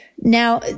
Now